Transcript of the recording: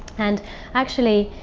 and actually,